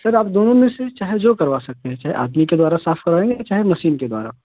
sir आप दोनों में से चाहे जो करवा सकते हैं चाहे आदमी के द्वारा साफ़ करवाएँगे कि चाहे मशीन के द्वारा